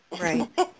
Right